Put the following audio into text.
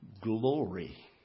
glory